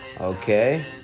Okay